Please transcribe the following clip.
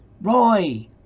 Roy